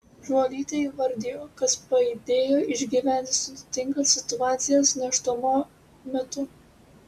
žuolytė įvardijo kas padėjo išgyventi sudėtingas situacijas nėštumo metu